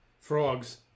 Frogs